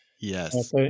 Yes